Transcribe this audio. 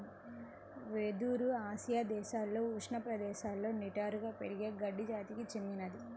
వెదురు ఆసియా దేశాలలో ఉష్ణ ప్రదేశాలలో నిటారుగా పెరిగే గడ్డి జాతికి చెందినది